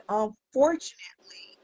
unfortunately